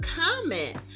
comment